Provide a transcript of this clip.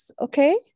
okay